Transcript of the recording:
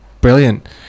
Brilliant